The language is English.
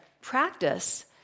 practice